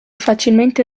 facilmente